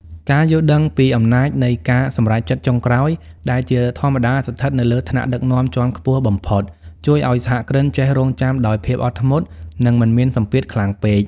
ការយល់ដឹងពីអំណាចនៃការសម្រេចចិត្តចុងក្រោយដែលជាធម្មតាស្ថិតនៅលើថ្នាក់ដឹកនាំជាន់ខ្ពស់បំផុត ជួយឱ្យសហគ្រិនចេះរង់ចាំដោយភាពអត់ធ្មត់ និងមិនមានសម្ពាធខ្លាំងពេក។